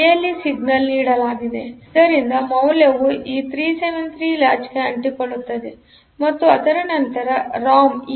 ALE signal ನೀಡಲಾಗಿದೆ ಆದ್ದರಿಂದ ಮೌಲ್ಯವು ಈ 373 ಲಾಚ್ಗೆ ಅಂಟಿಕೊಳ್ಳುತ್ತದೆ ಮತ್ತು ಅದರನಂತರ ಈ ರಾಮ್